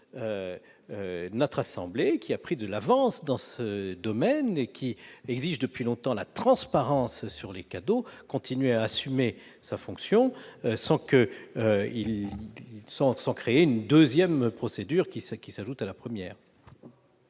notre assemblée, qui a pris de l'avance dans ce domaine et qui exige depuis longtemps la transparence sur les cadeaux, continuer à assumer sa fonction sans créer une deuxième procédure qui s'ajouterait à la première.